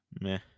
meh